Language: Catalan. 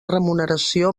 remuneració